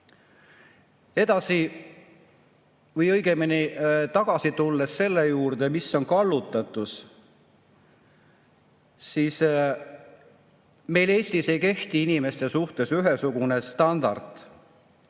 Edasi, või õigemini tagasi tulles selle juurde, mis on kallutatus. Meil Eestis ei kehti inimeste suhtes ühesugune standard.